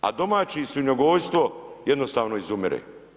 A domaći, svinjogojstvo jednostavno izumire.